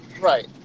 Right